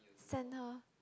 send her